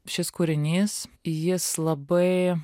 šis kūrinys jis labai